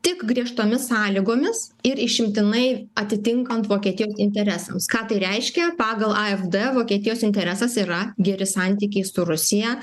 tik griežtomis sąlygomis ir išimtinai atitinkant vokietijos interesams ką tai reiškia pagal afd vokietijos interesas yra geri santykiai su rusija